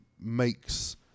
makes